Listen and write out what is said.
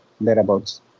thereabouts